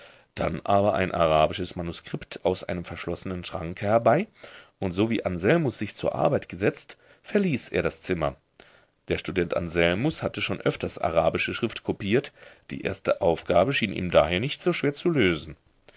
dann aber ein arabisches manuskript aus einem verschlossenen schranke herbei und sowie anselmus sich zur arbeit gesetzt verließ er das zimmer der student anselmus hatte schon öfters arabische schrift kopiert die erste aufgabe schien ihm daher nicht so schwer zu lösen